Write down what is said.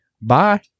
Bye